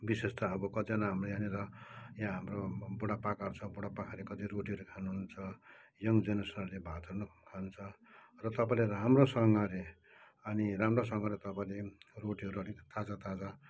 विशेष त अब कतिजना हाम्रो यहाँनिर यहाँ हाम्रो बुढापाकाहरू छ बुढापाकाले कतिवटा रोटीहरू खानु हुन्छ यङ जेनेरेसनहरूले भातहरू खानु खान्छ र तपाईँले राम्रोसँगले अनि राम्रोसँगले तपाईँले रोटीहरू अलिक ताजा ताजा